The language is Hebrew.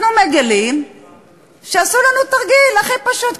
אנחנו מגלים שעשו לנו תרגיל הכי פשוט,